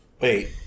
Wait